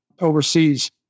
overseas